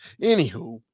Anywho